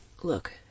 Look